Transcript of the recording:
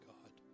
God